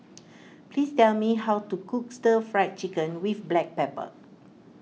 please tell me how to cook Stir Fried Chicken with Black Pepper